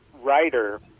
writer